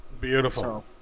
Beautiful